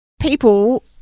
people